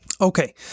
Okay